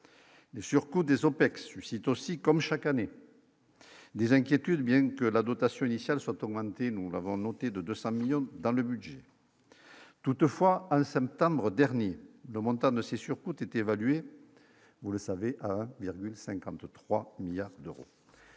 mais surcoût des OPEX suscite aussi, comme chaque année, des inquiétudes, bien que la dotation initiale soit augmentée, nous l'avons noté de 200 millions dans le budget toutefois un septembre dernier le montant de ces surcoûts était évalué, vous le savez, 53 milliards d'euros,